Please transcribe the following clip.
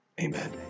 Amen